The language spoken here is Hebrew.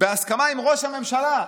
בהסכמה עם ראש הממשלה.